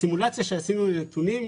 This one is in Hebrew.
סימולציה שעשינו עם הנתונים,